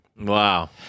Wow